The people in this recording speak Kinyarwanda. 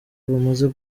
bamaze